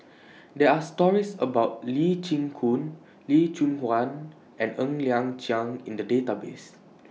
There Are stories about Lee Chin Koon Lee Choon Guan and Ng Liang Chiang in The Database